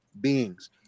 beings